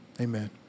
Amen